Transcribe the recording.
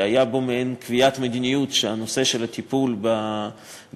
שהייתה בו מעין קביעת מדיניות שהטיפול בגמלאים